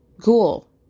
Cool